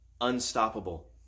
unstoppable